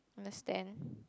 understand